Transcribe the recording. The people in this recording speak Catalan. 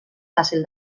fàcil